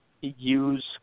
use